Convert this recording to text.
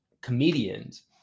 comedians